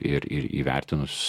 ir ir įvertinus